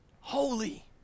holy